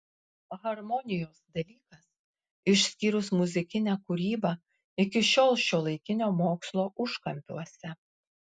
harmonijos dalykas išskyrus muzikinę kūrybą iki šiol šiuolaikinio mokslo užkampiuose